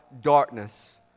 darkness